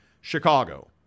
Chicago